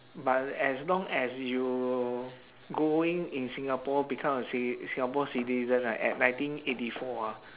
but as long as you going in singapore become a citi~ singapore citizen ah at nineteen eighty four ah